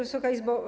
Wysoka Izbo!